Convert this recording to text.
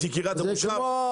את יקירת המושב,